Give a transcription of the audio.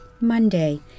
Monday